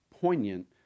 poignant